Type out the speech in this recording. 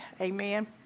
Amen